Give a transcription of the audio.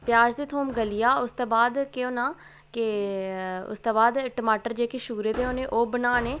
प्याज ते थोम गली आ उसदे बाद केह् होना कि उसदे बाद टमाटर जेह्के शूरे दे होने ओह् बनाने